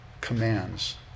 commands